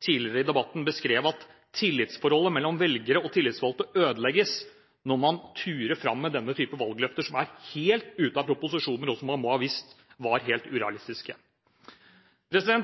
tidligere i debatten beskrev at tillitsforholdet mellom velgere og tillitsvalgte ødelegges når man turer fram med denne typen valgløfter, som er helt ute av alle proporsjoner, og som de må ha visst var helt urealistiske.